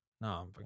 No